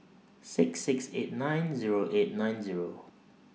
six six eight nine Zero eight nine Zero